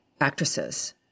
actresses